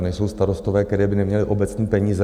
To nejsou starostové, které by neměli obecní peníze.